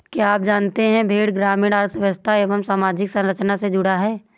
क्या आप जानते है भेड़ ग्रामीण अर्थव्यस्था एवं सामाजिक संरचना से जुड़ा है?